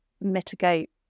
mitigate